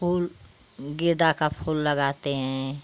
फूल गेंदा का फूल लगाते हैं